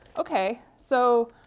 okay. so